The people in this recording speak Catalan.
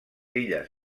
illes